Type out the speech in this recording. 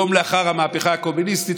יום לאחר המהפכה הקומוניסטית,